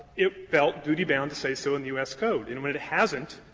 it felt duty bound to say so in the u s. code, and when it hasn't,